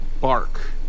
bark